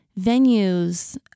Venues